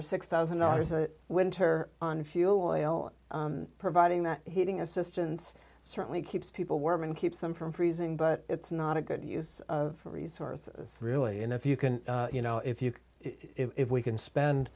or six thousand dollars a winter on fuel oil providing that heating assistance certainly keeps people warm and keeps them from freezing but it's not a good use of resources really and if you can you know if you can if we can spend